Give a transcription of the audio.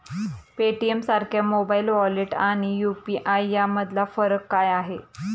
पेटीएमसारख्या mobile wallet आणि UPI यामधला फरक काय आहे?